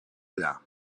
allà